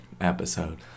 episode